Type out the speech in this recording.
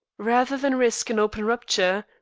rather than risk an open rupture,